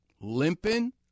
Limping